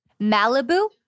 Malibu